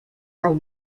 are